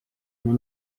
oma